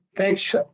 Thanks